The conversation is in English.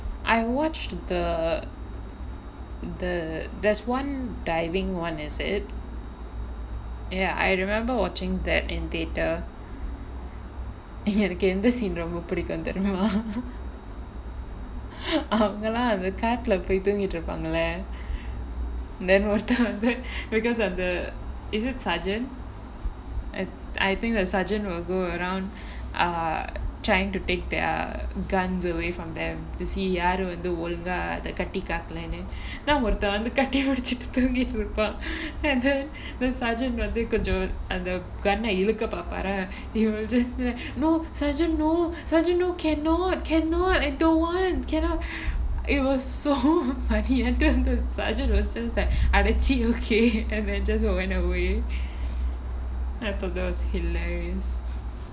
I watched the the~ there's one diving [one] is it ya I remember watching that in theatre எனக்கு எந்த:enakku entha scene ரொம்ப புடிக்கும் தெரியுமா அவங்கெல்லாம் அந்த காட்டுல போய் தூங்கிட்டு இருப்பாங்கல:romba pudikkum theriyumaa avangellaam antha kaatula poi thoongittu iruppaangla then ஒருத்தன் வந்து:orutthan vanthu because of the is it sergeant I think the sergeant will go around err trying to take their guns away from them to see யாரு வந்து ஒழுங்கா அத கட்டி காக்கலேனு:yaaru vanthu olunga atha katti kaakkalaenu then ஒருத்தன் வந்து கட்டி புடிச்சுட்டு தூங்கிட்டு இருப்பான்:oruthan vanthu atha katti pudichuttu thoongittu iruppaan and then the sergeant வந்து கொஞ்சம் அந்த:vanthu konjam antha gun இழுக்க பாப்பாரா:ilukka paappaaraa he will just be like no sergeant no sergeant no cannot cannot I don't want cannot it was so funny ஆட்டம் இருந்தது:irunthathu the sergeant was just like அடச்சீ:adachee okay and then just went away and I thought that was hilarious